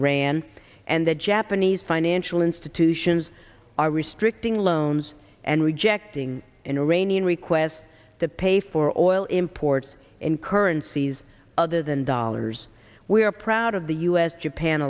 iran and the japanese financial institutions are restricting loans and rejecting an iranian request to pay for oil imports in currencies other than dollars we are proud of the us japan